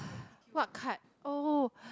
what card oh